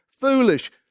foolish